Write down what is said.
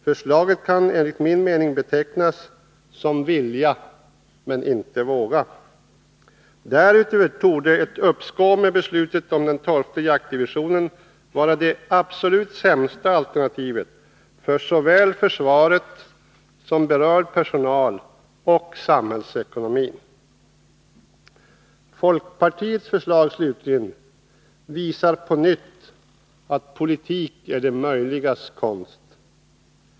Förslaget kan enligt min mening betecknas som ”vilja men inte våga”. Därutöver torde ett uppskov med beslutet om den tolfte jaktdivisionen vara det absolut sämsta alternativet för såväl försvaret som berörd personal och samhällsekonomin. Folkpartiets förslag slutligen visar på nytt att politik är det möjligas konst.